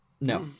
no